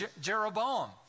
Jeroboam